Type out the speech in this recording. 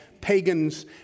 pagans